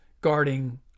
guarding